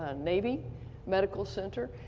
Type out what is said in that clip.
ah navy medical center,